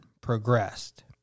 progressed